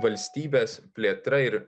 valstybės plėtra ir